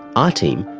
our team,